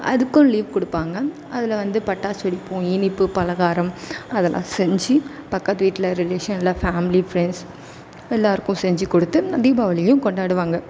அதுக்கும் லீவ் கொடுப்பாங்க அதில் வந்து பட்டாசு வெடிப்போம் இனிப்பு பலகாரம் அதெல்லாம் செஞ்சு பக்கத்து வீட்டில் ரிலேஷனில் ஃபேமிலி ஃப்ரெண்ட்ஸ் எல்லாேருக்கும் செஞ்சு கொடுத்து தீபாவளியும் கொண்டாடுவாங்க